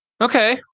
Okay